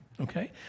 Okay